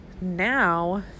now